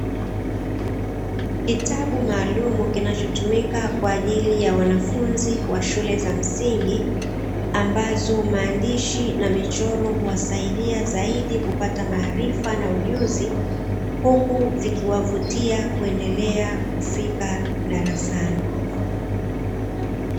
Kitabu maalumu kinachotumika kwa ajili ya wanafunzi wa shule za msingi, ambazo maandishi na michoro huwasaidia zaidi kupata maarifa na ujuzi, huku vikiwavutia kuendelea kufika darasani.